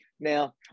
Now